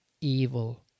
evil